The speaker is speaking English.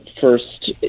first